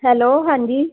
hello ਹਾਂਜੀ